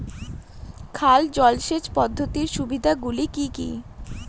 খাল জলসেচ পদ্ধতির সুবিধাগুলি কি কি?